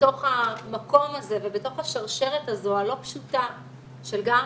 בתוך המקום הזה ובתוך השרשרת הזו הלא פשוטה של גם